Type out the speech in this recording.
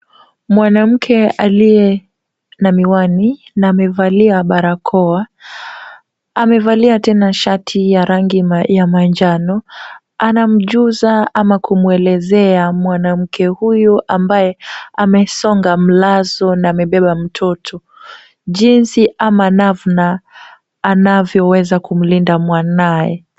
Mwanamke aliye na miwani, na amevalia barakoa. Amevalia tena shati ya rangi ya manjano, anamjuza ama kumwelezea mwanamke huyu ambaye amesonga mlazo na amebeba mtoto. Jinzi ama namna anaweza kumlinda mwanaye.